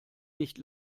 nicht